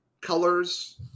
colors